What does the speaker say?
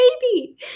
baby